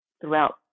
throughout